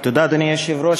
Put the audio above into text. תודה, אדוני היושב-ראש.